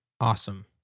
Awesome